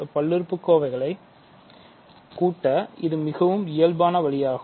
பல்லுறுப்புக்கோவைகளை கூட்ட இது மிகவும் இயல்யான வழியாகும்